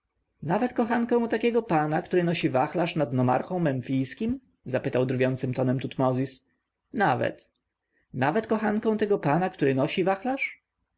nawet kochanką pisarza u takiego pana który nosi wachlarz nad nomarchą memfijskim zapytał drwiącym tonem tutmozis nawet nawet kochanką tego pana który nosi wachlarz